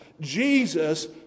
Jesus